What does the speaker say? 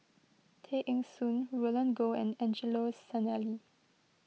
Tay Eng Soon Roland Goh and Angelo Sanelli